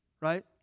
right